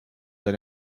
dans